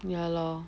ya lor